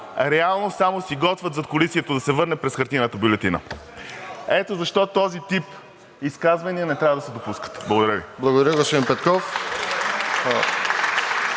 реално само си готвят задкулисието да се върне през хартиената бюлетина. Ето защо този тип изказвания не трябва да се допускат. Благодаря Ви. (Ръкопляскания от